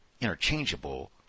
interchangeable